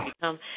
become